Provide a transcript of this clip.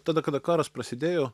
tada kada karas prasidėjo